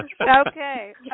Okay